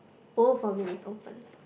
both of it is open